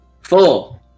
Four